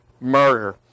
murder